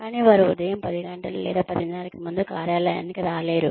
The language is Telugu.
కానీ వారు ఉదయం 1000 లేదా 1030 కి ముందు కార్యాలయానికి రాలేరు